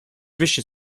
pesci